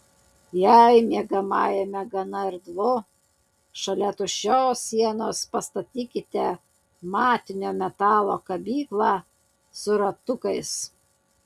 jei miegamajame gana erdvu šalia tuščios sienos pastatykite matinio metalo kabyklą su ratukais